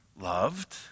loved